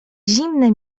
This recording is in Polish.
zimne